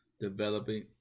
developing